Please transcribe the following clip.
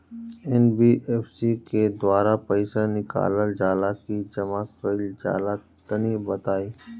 NBFC के द्वारा पईसा निकालल जला की जमा कइल जला तनि बताई?